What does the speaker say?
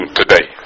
today